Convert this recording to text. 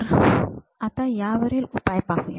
तर आता यावरील उपाय पाहूया